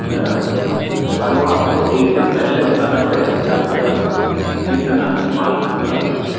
है ना पर वो आपको एक दिन पहले बताना पड़ेगा कि आपके पास कितना माल उपलब्ध है